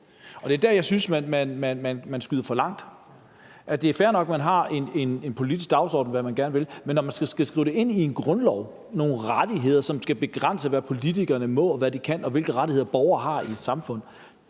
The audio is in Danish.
Det er der, jeg synes man skyder forbi. Det er fair nok, at man har en politisk dagsorden, i forhold til hvad man gerne vil, men når man så skal skrive det ind i grundloven, altså nogle rettigheder, som skal begrænse, hvad politikerne må, og hvad de kan, og skrive, hvilke rettigheder borgere i et samfund